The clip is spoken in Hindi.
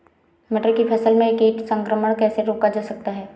मटर की फसल में कीट संक्रमण कैसे रोका जा सकता है?